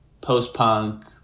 post-punk